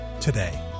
today